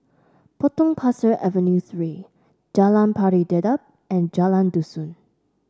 Potong Pasir Avenue Three Jalan Pari Dedap and Jalan Dusun